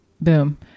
Boom